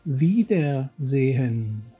Wiedersehen